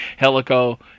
Helico